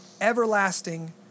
everlasting